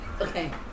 Okay